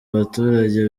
baturage